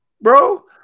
bro